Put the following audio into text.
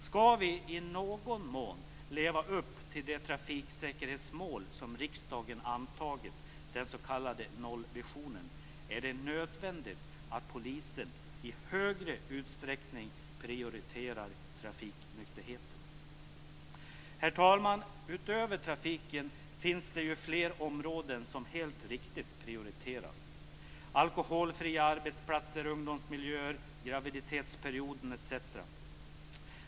Ska vi i någon mån leva upp till det trafiksäkerhetsmål som riksdagen antagit, den s.k. nollvisionen, är det nödvändigt att polisen i större utsträckning prioriterar trafiknykterheten. Herr talman! Utöver trafiken finns det fler områden som helt riktigt prioriteras: alkoholfria arbetsplatser, ungdomsmiljöer, graviditetsperioden etc.